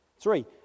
Three